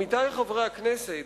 עמיתי חברי הכנסת,